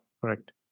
Correct